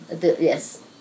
yes